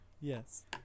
yes